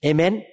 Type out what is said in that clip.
Amen